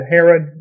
Herod